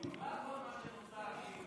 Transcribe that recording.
בגלל כל מה שנוצר עם,